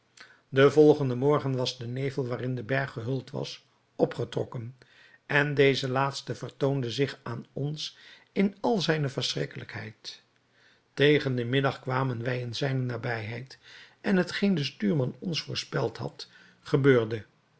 den volgenden dag was de nevel waarin de berg gehuld was opgetrokken en deze laatste vertoonde zich aan ons in al zijne verschrikkelijkheid tegen den middag kwamen wij in zijne nabijheid en hetgeen de stuurman ons voorspeld had gebeurde